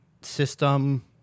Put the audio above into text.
system